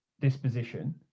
disposition